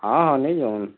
ହଁ ହଁ ନେଇଯାଅ ବି